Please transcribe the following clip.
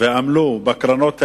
ועמלו בקרנות האלה,